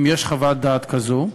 אם יש חוות דעת כזו.